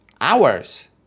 hours